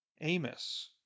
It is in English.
Amos